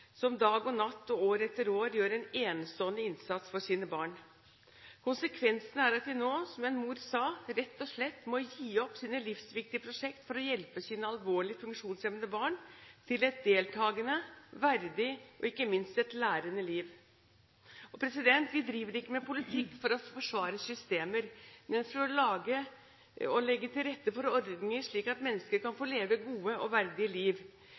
som dag og natt, år etter år, gjør en enestående innsats for sine barn. Konsekvensen er at de nå, som en mor sa, rett og slett må gi opp sine livsviktige prosjekter for å hjelpe sine alvorlig funksjonshemmede barn til et deltakende, verdig og ikke minst et lærende liv. Vi driver ikke med politikk for å forsvare systemer, men for å legge til rette for ordninger slik at mennesker kan få leve gode og verdige liv.